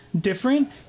different